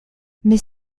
mais